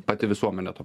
pati visuomenė to